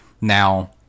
Now